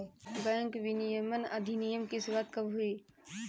Bank विनियमन अधिनियम की शुरुआत कब हुई?